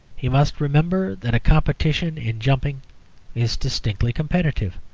he must remember that a competition in jumping is distinctly competitive,